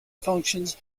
functions